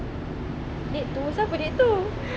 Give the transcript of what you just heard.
dia tu siapa dia tu